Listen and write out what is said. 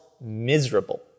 miserable